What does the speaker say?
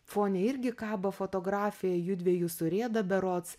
fone irgi kabo fotografija judviejų su rieda berods